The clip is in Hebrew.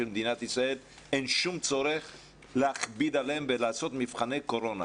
אין שום צורך להכביד עליהם ולעשות מבחני קורונה.